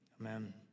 Amen